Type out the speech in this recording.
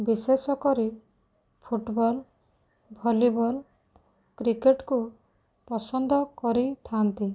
ବିଶେଷକରି football volleyball cricket କୁ ପସନ୍ଦ କରିଥାନ୍ତି